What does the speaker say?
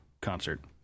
concert